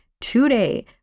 today